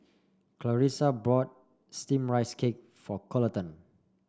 Clarisa bought steamed Rice Cake for Coleton